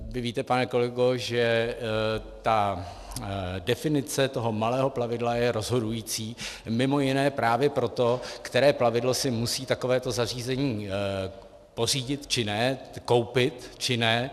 Vy víte, pane kolego, že ta definice toho malého plavidla je rozhodující mimo jiné právě proto, které plavidlo si musí takovéto zařízení pořídit či ne, koupit či ne.